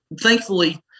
thankfully